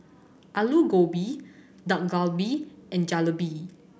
Alu Gobi Dak Galbi and Jalebi